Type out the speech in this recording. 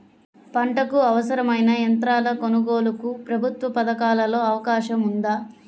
పంటకు అవసరమైన యంత్రాల కొనగోలుకు ప్రభుత్వ పథకాలలో అవకాశం ఉందా?